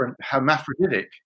hermaphroditic